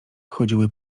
chodziły